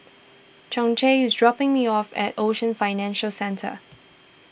Chauncey is dropping me off at Ocean Financial Centre